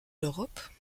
l’europe